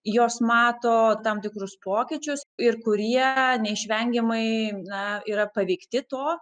jos mato tam tikrus pokyčius ir kurie neišvengiamai na yra paveikti to